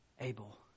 Abel